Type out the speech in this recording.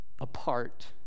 apart